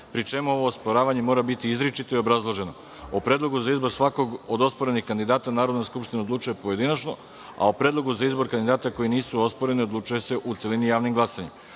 pri čemu ovo osporavanje mora biti izričito i obrazloženo.O predlogu za izbor svakog od osporenih kandidata, Narodna skupština odlučuje pojedinačno, a o Predlogu za izbor kandidata koji nisu osporeni odlučuje u celini, javnim glasanjem“.U